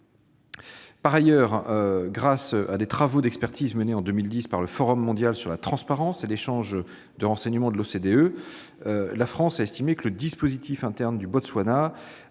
Par ailleurs, grâce à des travaux d'expertise menés en 2010 par le Forum mondial sur la transparence et l'échange de renseignements à des fins fiscales de l'OCDE, la France a estimé que le dispositif interne du Botswana